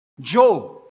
Job